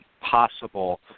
possible